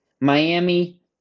Miami